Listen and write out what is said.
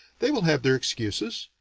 they will have their excuses.